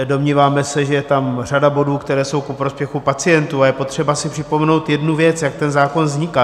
Domníváme se, že je tam řada bodů, které jsou ku prospěchu pacientů, a je potřeba si připomenout jednu věc, jak ten zákon vznikal.